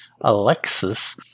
Alexis